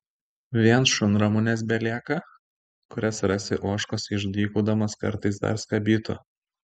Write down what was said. vien šunramunės belieka kurias rasi ožkos išdykaudamos kartais dar skabytų